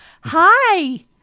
Hi